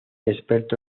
experto